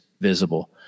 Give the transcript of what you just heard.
visible